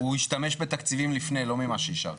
הוא השתמש בתקציבים לפני לא ממה שאישרתם.